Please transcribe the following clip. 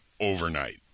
overnight